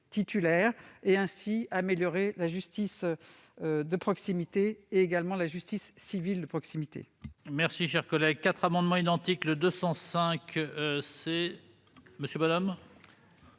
titulaires et, ainsi, d'améliorer la justice de proximité, notamment la justice civile de proximité.